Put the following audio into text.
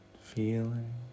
feeling